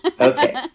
okay